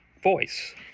voice